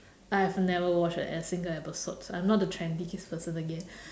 I have never watch a single episode I'm not the trendy person again